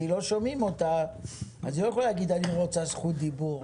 לא שומעים אותה אז היא לא יכולה להגיד: אני רוצה זכות דיבור,